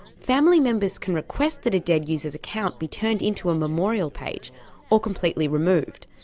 family members can request that a dead user's account be turned into a memorial page or completely removed.